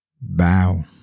bow